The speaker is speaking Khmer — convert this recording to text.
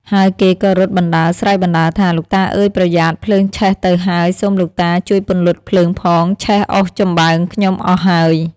ហើយគេក៏រត់បណ្តើរស្រែកបណ្តើរថា លោកតាអើយប្រយ័ត្ន! ភ្លើងឆេះទៅហើយ សូមលោកតាជួយពន្លត់ភ្លើងផង ឆេះអុសចំបើងខ្ញុំអស់ហើយ។